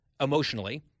emotionally